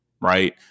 Right